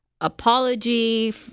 apology